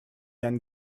then